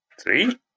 three